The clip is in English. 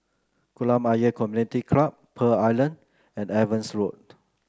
Kolam Ayer Community Club Pearl Island and Evans Road